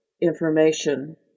information